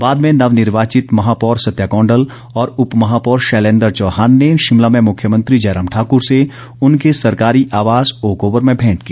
बाद में नवनिर्वाचित महापौर सत्या कौंडल और उपमहापौर शैलेन्द्र चौहान ने शिमला में मुख्यमंत्री जयराम ठाकुर से उनके सरकारी आवास ओकओवर में भेंट की